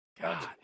God